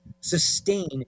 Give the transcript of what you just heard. sustain